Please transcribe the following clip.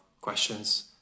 questions